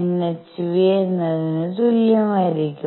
nhν എന്നതിന് തുല്യമായിരിക്കും